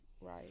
right